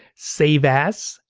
save as,